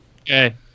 Okay